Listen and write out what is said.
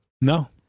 No